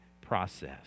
process